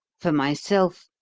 for myself,